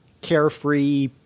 carefree